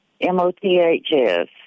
M-O-T-H-S